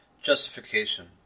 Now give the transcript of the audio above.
Justification